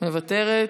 מוותרת.